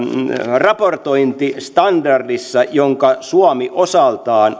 raportointistandardissa jonka suomi osaltaan